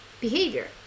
behavior